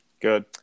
Good